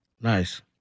Nice